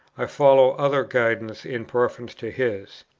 i follow other guidance in preference to his.